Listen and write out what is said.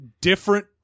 different